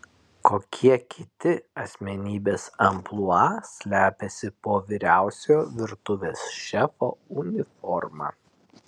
kokie kiti asmenybės amplua slepiasi po vyriausiojo virtuvės šefo uniforma